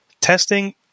testing